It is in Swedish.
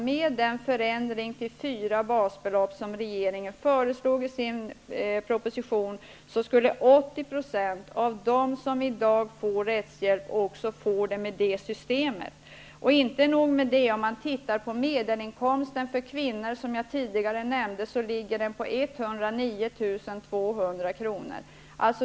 Med den förändring till fyra basbelopp som regeringen föreslår i sin budgetproposition skulle 80 % av dem som i dag får rättshjälp också få det med det föreslagna systemet. Inte nog med det.